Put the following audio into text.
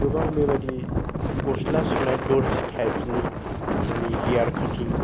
गोबां बेबिदि गस्ला सुनाय दरजि टाइप्सनि माने हेयार काटिं